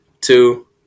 two